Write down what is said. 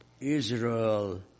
Israel